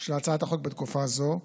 של הצעת החוק בתקופה זו,